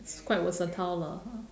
it's quite versatile lah